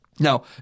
Now